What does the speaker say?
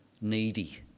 needy